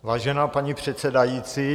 Vážená paní předsedající.